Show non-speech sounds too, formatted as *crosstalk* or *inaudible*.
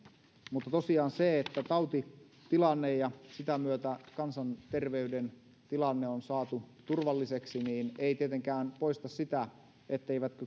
mutta tosiaan se että tautitilanne ja sitä myötä kansanterveyden tilanne on saatu turvalliseksi ei tietenkään poista sitä etteivätkö *unintelligible*